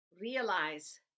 Realize